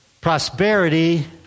Prosperity